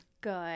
Good